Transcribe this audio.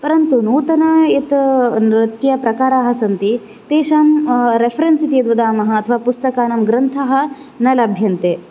परन्तु नूतन यत् नृत्यप्रकाराः सन्ति तेषां रिफ्रेंस् इति वदामः अथवा पुस्तकानां ग्रन्थः न लभ्यन्ते